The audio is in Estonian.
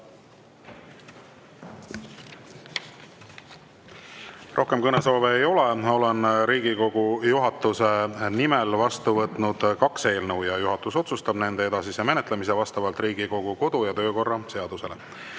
Rohkem kõnesoove ei ole. Olen Riigikogu juhatuse nimel vastu võtnud kaks eelnõu ja juhatus otsustab nende edasise menetlemise vastavalt Riigikogu kodu- ja töökorra